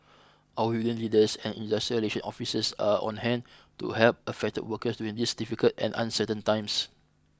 our union leaders and industrial relations officers are on hand to help affected workers during these difficult and uncertain times